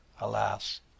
alas